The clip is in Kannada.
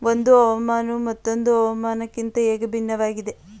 ಒಂದು ಹವಾಮಾನವು ಮತ್ತೊಂದು ಹವಾಮಾನಕಿಂತ ಹೇಗೆ ಭಿನ್ನವಾಗಿದೆ?